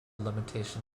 limitation